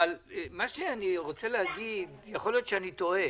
אבל מה שאני רוצה להגיד יכול להיות שאני טועה